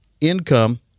income